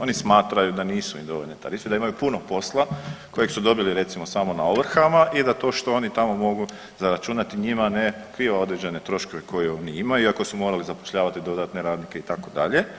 Oni smatraju da nisu im dovoljne tarife, da imaju puno posla kojeg su dobili recimo samo na ovrhama i da to što oni tamo mogu zaračunati njima ne pokriva određene troškove koje oni imaju i ako su morali zapošljavati dodatne radnike itd.